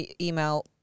email